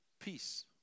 peace